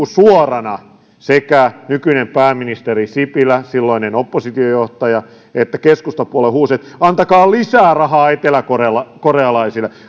suorana sekä nykyinen pääministeri sipilä silloinen oppositiojohtaja että keskustapuolue huusivat että antakaa lisää rahaa eteläkorealaisille